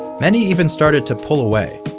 many even started to pull away.